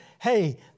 Hey